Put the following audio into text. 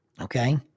okay